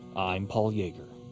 i'm paul yeager.